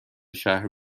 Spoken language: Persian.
شهر